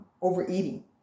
overeating